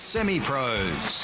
Semi-Pros